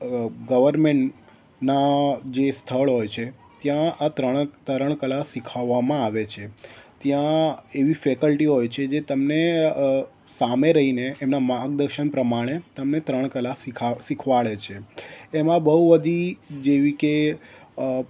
અ ગવર્મેન્ટનાં જે સ્થળ હોય છે ત્યાં આ ત્રણ તરણ કલા શીખવવામાં આવે છે ત્યાં એવી ફેકલ્ટી હોય છે જે તમને અ સામે રહીને એમના માર્ગદર્શન પ્રમાણે તમને તરણ કલા સિખા શીખવાડે છે તેમાં બહુ બધી જેવી કે અ